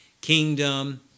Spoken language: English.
kingdom